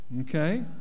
Okay